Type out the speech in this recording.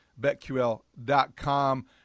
betql.com